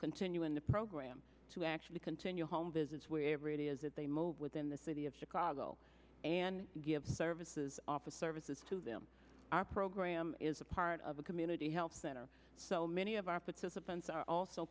continue in the program to actually continue home visits wherever it is that they move within the city of chicago and give the services office services to them our program is a part of a community health center so many of our participants are also